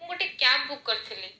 ମୁଁ ଗୋଟେ cab book କରିଥିଲି